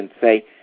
say